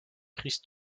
chris